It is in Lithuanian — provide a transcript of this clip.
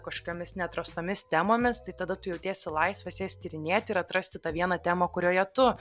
kažkokiomis neatrastomis temomis tai tada tu jautiesi laisvas jas tyrinėti ir atrasti tą vieną temą kurioje tu